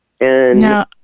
Now